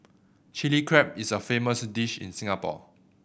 Chilli Crab is a famous dish in Singapore